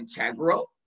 integral